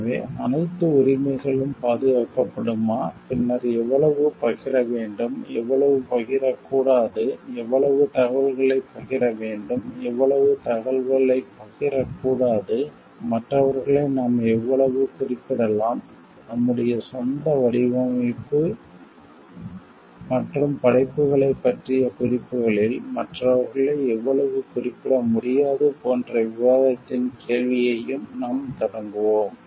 எனவே அனைத்து உரிமைகளும் பாதுகாக்கப்படுமா பின்னர் எவ்வளவு பகிர வேண்டும் எவ்வளவு பகிரக்கூடாது எவ்வளவு தகவல்களைப் பகிர வேண்டும் எவ்வளவு தகவல்களைப் பகிரக்கூடாது மற்றவர்களை நாம் எவ்வளவு குறிப்பிடலாம் நம்முடைய சொந்த வடிவமைப்பு மற்றும் படைப்புகளைப் பற்றிய குறிப்புகளில் மற்றவர்களை எவ்வளவு குறிப்பிட முடியாது போன்ற விவாதத்தின் கேள்வியையும் நாம் தொடங்குவோம்